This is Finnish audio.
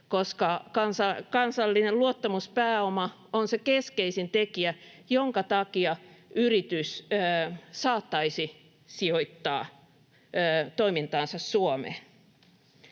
koska kansallinen luottamuspääoma on se keskeisin tekijä, jonka takia yritys saattaisi sijoittaa toimintaansa Suomeen.